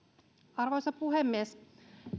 arvoisa puhemies